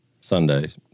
Sunday's